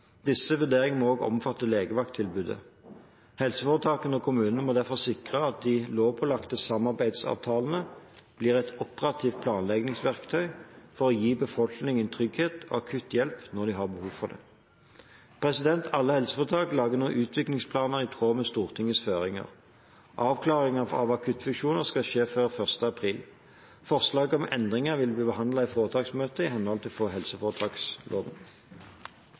Disse vurderingene må også omfatte legevakttilbudet. Helseforetakene og kommunene må derfor sikre at de lovpålagte samarbeidsavtalene blir et operativt planleggingsverktøy for å gi befolkningen trygghet og akutt hjelp når de har behov for det. Alle helseforetak lager nå utviklingsplaner i tråd med Stortingets føringer. Avklaringer av akuttfunksjoner skal skje før 1. april. Forslag om endringer vil bli behandlet i foretaksmøter, i henhold til helseforetaksloven.